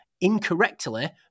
incorrectly